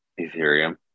Ethereum